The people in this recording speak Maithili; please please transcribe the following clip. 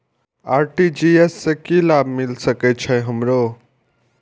आर.टी.जी.एस से की लाभ मिल सके छे हमरो?